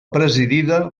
presidida